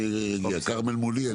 כרמל מולי,